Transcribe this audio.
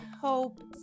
hope